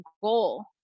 goal